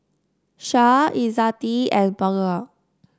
Syah Izzati and Bunga